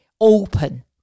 open